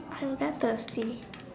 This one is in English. I am very thirsty